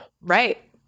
Right